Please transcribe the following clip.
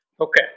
Okay